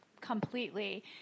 completely